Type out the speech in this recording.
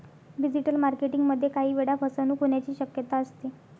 digital marketing मध्ये काही वेळा फसवणूक होण्याची शक्यता असते